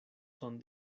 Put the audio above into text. son